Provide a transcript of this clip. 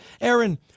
Aaron